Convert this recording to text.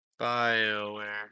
BioWare